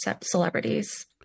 celebrities